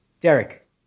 Derek